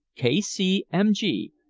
k c m g,